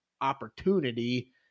opportunity